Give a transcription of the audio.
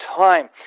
time